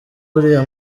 uriya